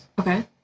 Okay